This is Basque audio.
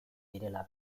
direla